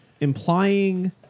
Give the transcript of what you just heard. implying